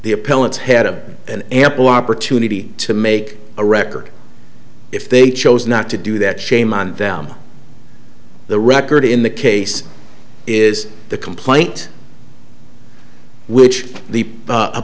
the appellants hedda an ample opportunity to make a record if they chose not to do that shame on them the record in the case is the complaint which the